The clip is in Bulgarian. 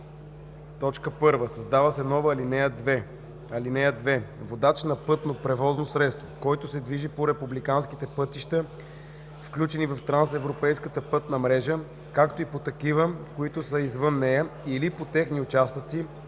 1.Създава се нова ал. 2: „(2) Водач на пътно превозно средство, който се движи по републиканските пътища, включени в трансевропейската пътна мрежа, както и по такива, които са извън нея или по техни участъци,